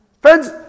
Friends